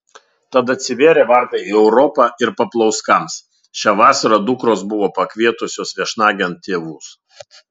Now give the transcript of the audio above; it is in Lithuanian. tad atsivėrė vartai į europą ir paplauskams šią vasarą dukros buvo pasikvietusios viešnagėn tėvus